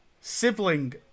Sibling